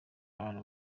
abantu